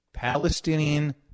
Palestinian